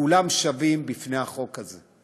כולם שווים בפני החוק הזה.